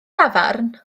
dafarn